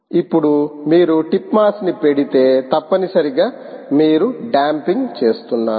ఇప్పుడు మీరు టిప్ మాస్ని పెడితే తప్పనిసరిగా మీరు డాంఫింగ్ చేస్తున్నారు